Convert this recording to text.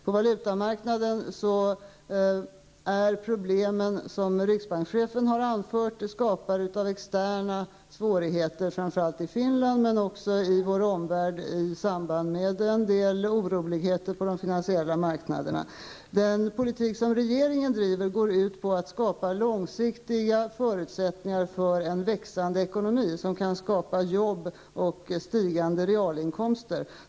På valutamarknaden är problemen, som riksbankschefen har anfört, skapade av externa svårigheter, framför allt i Finland men också i vår omvärld i samband med en del oroligheter på de finansiella marknaderna. Den politik regeringen bedriver går ut på att skapa långsiktiga förutsättningar för en växande ekonomi, som kan skapa jobb och stigande realinkomster.